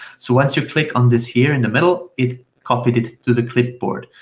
so once you click on this here in the middle, it copied it to the clipboard.